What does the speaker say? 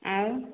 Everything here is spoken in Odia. ଆଉ